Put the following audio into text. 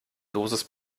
dosis